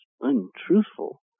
untruthful